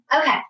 Okay